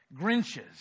Grinches